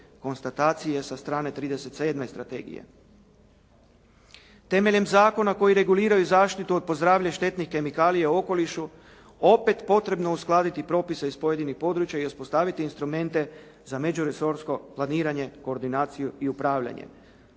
Konstatacije sa strane 37 strategije. Temeljem zakona koji reguliraju zaštitu od po zdravlje štetnih kemikalija u okolišu, opet potrebno uskladiti propise iz pojedinih područja i uspostaviti instrumente za međuresorsko planiranje, koordinaciju i upravljanje.